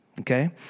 Okay